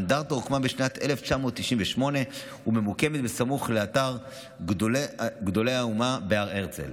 האנדרטה הוקמה בשנת 1998 וממוקמת בסמוך לאתר גדולי האומה בהר הרצל.